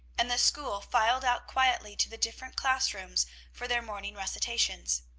and the school filed out quietly to the different class-rooms for their morning recitations.